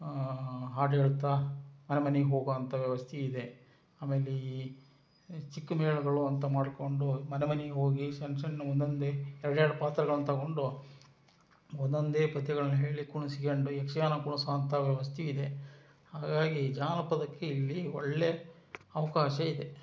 ಹಾಡು ಹೇಳ್ತಾ ಮನೆ ಮನೆಗ್ ಹೋಗೋ ಅಂಥ ವ್ಯವಸ್ಥೆಯೂ ಇದೆ ಆಮೇಲೆ ಈ ಚಿಕ್ಕ ಮೇಳಗಳು ಅಂತ ಮಾಡಿಕೊಂಡು ಮನೆ ಮನೆಗ್ ಹೋಗಿ ಸಣ್ಣ ಸಣ್ಣ ಒಂದೊಂದೇ ಎರಡು ಎರಡು ಪಾತ್ರಗಳನ್ನು ತೊಗೊಂಡು ಒಂದೊಂದೇ ಪದ್ಯಗಳನ್ನ ಹೇಳಿ ಕುಣ್ಸ್ಗಂಡು ಯಕ್ಷಗಾನ ಕುಣಿಸೋ ಅಂಥ ವ್ಯವಸ್ಥೆಯೂ ಇದೆ ಹಾಗಾಗಿ ಜಾನಪದಕ್ಕೆ ಇಲ್ಲಿ ಒಳ್ಳೆಯ ಅವಕಾಶ ಇದೆ